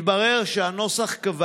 מתברר שהנוסח קבע